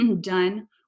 done